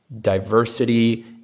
diversity